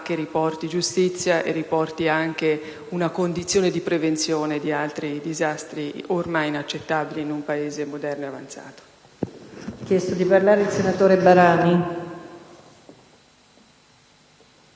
che riporti giustizia e assicuri una condizione di prevenzione di altri disastri, ormai inaccettabili in un Paese moderno e avanzato.